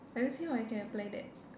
I don't see how I can apply that